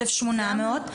1,800,